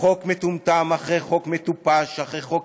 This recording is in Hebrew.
חוק מטומטם אחרי חוק מטופש אחרי חוק